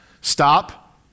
Stop